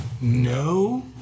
No